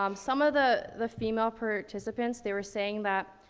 um some of the, the female participants, they were saying that,